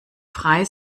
frei